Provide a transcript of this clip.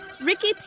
Ricky